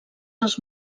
els